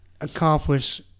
accomplish